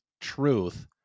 truth